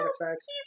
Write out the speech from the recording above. effects